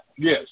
Yes